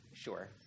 Sure